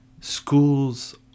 schools